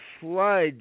flood